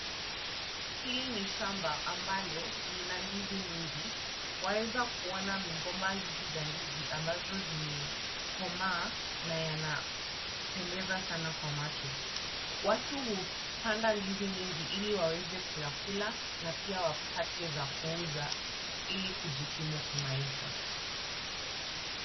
Hili ni shamba ambalo lina ndizi mingi. Waweza kuona migomba hizi za ndizi ambazo zimekomaa na yanapendeza sana kwa macho. Watu hupanda ndizi mingi ili waweze kuyakula na pia wapate za kuuza ili kujikimu kimaisha.